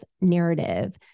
narrative